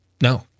no